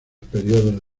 períodos